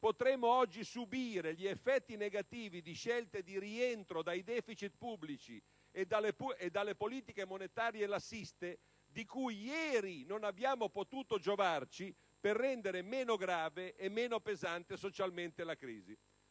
potremmo oggi subire gli effetti negativi di scelte di rientro dai deficit pubblici e dalle politiche monetarie lassiste, di cui ieri non abbiamo potuto giovarci per rendere meno grave e meno pesante socialmente la crisi.